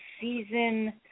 season